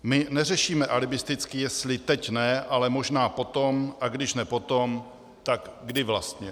My neřešíme alibisticky, jestli teď ne, ale možná potom, a když ne potom, tak kdy vlastně.